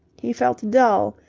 he felt dull,